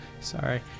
Sorry